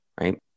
right